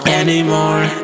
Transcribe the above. anymore